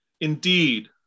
Indeed